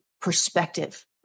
perspective